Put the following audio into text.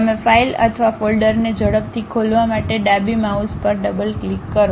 તમે ફાઇલ અથવા ફોલ્ડરને ઝડપથી ખોલવા માટે ડાબી માઉસ પર ડબલ ક્લિક કરો